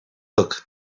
look